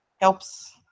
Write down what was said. helps